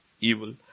evil